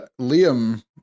Liam